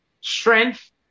strength